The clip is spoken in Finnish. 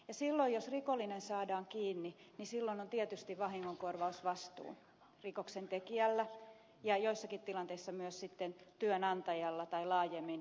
ja silloin jos rikollinen saadaan kiinni niin silloin on tietysti vahingonkorvausvastuu rikoksen tekijällä ja joissakin tilanteissa myös sitten työnantajalla tai laajemmin julkisyhteisöllä